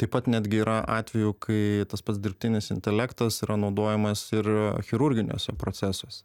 taip pat netgi yra atvejų kai tas pats dirbtinis intelektas yra naudojamas ir chirurginiuose procesuose